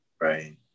Right